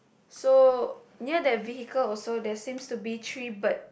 so near the vehicle also there seems to be three bird